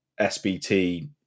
SBT